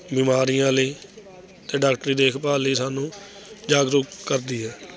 ਬਿਮਾਰੀਆਂ ਲਈ ਅਤੇ ਡਾਕਟਰੀ ਦੇਖਭਾਲ ਲਈ ਸਾਨੂੰ ਜਾਗਰੂਕ ਕਰਦੀ ਹੈ